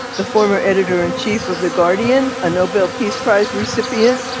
the former editor in chief of the guardian, a nobel peace prize recipient,